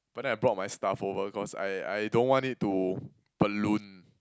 but then I brought my stuff over cause I I don't want it to balloon